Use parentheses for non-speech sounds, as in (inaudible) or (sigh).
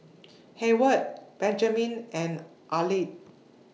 (noise) Hayward Benjman and Arleth